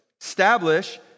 establish